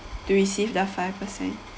to receive the five percent